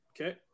Okay